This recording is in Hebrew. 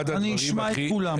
אני גם רוצה לשאול שאלה, אלקין.